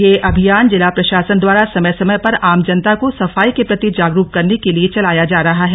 यह अभियान जिला प्रशासन द्वारा समय समय पर आम जनता को सफाई के प्रति जागरूक करने के लिए चलाया जा रहा है